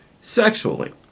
sexually